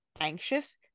anxious